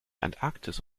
antarktis